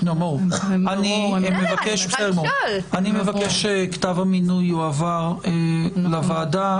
אני מבקש שכתב המינוי יועבר לוועדה.